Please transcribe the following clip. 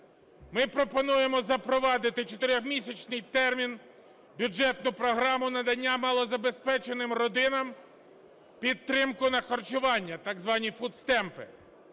Ми пропонуємо запровадити в 4-місячний термін бюджетну програму надання малозабезпеченим родинам підтримку на харчування – так звані фудстемпи.